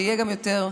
ויהיו גם יותר,